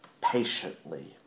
patiently